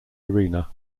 arena